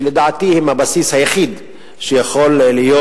שלדעתי הן הבסיס היחיד שיכול להיות